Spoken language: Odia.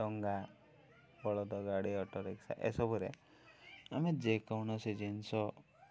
ଡଙ୍ଗା ବଳଦ ଗାଡ଼ି ଅଟୋ ରିକ୍ସା ଏସବୁରେ ଆମେ ଯେକୌଣସି ଜିନିଷ